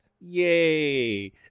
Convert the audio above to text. Yay